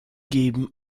geben